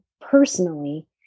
personally